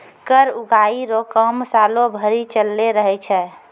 कर उगाही रो काम सालो भरी चलते रहै छै